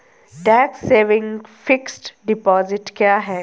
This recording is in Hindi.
टैक्स सेविंग फिक्स्ड डिपॉजिट क्या है?